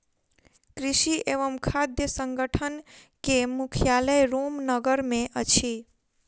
कृषि एवं खाद्य संगठन के मुख्यालय रोम नगर मे अछि